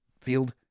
field